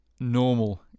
normal